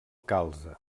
calze